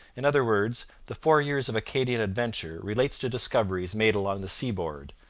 in other words, the four years of acadian adventure relate to discoveries made along the seaboard,